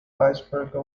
icebreaker